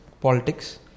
politics